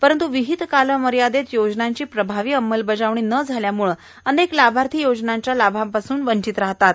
परंतू विहित कालमयदित योजनांची प्रभावी अंमलबजावणी न झाल्यामुळे अनेक लाभार्थी योजनांच्या लाभापासून वंचित राहतात